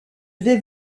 vais